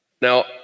now